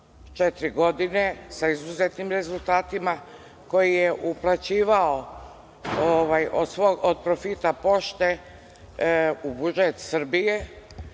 godine sa izuzetnim rezultatima, koji je uplaćivao od profita Pošte u budžet Srbije.